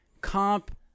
comp